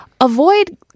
Avoid